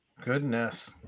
Goodness